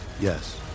Yes